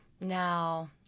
now